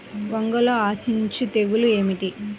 వంగలో ఆశించు తెగులు ఏమిటి?